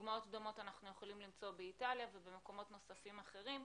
דוגמאות דומות אנחנו יכולים למצוא באיטליה ובמקומות נוספים אחרים.